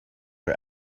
are